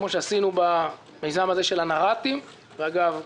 כמו שעשינו במיזם הזה של הנר"תים ואגב,